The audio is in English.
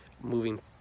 moving